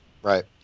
Right